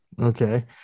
Okay